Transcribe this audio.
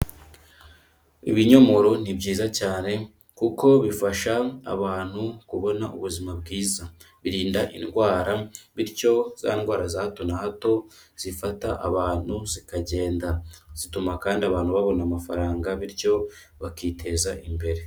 Ibinyomoro ni byiza cyane kuko bifasha abantu kubona ubuzima bwiza, birinda indwara bityo za ndwara za hato na hato zifata abantu zikagenda, zituma kandi abantu babona amafaranga bityo bakiteza imbere.